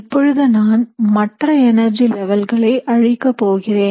இப்பொழுது நான் மற்ற எனர்ஜி லெவல்களை அழிக்க போகிறேன்